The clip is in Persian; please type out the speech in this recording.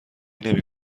نمی